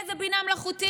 איזו בינה מלאכותית,